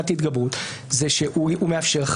דבר ענייני.